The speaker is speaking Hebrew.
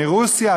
מרוסיה?